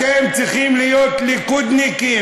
אתם צריכים להיות ליכודניקים.